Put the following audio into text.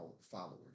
followers